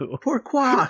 Pourquoi